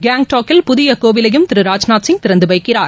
கேங்டாங்கில் புதிய கோவிலையும் திரு ராஜ்நாத் சிங் திறந்து வைக்கிறார்